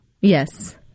Yes